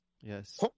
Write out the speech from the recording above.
Yes